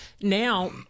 Now